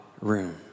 room